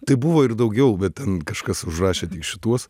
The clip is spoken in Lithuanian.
tai buvo ir daugiau bet ten kažkas užrašė tik šituos